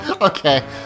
Okay